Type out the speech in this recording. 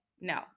No